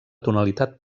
tonalitat